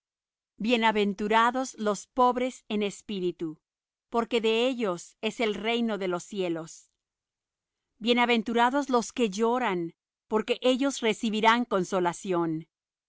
bienaventurados los pobres en espíritu porque de ellos es el reino de los cielos bienaventurados los que lloran porque ellos recibirán consolación bienaventurados los